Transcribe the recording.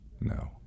No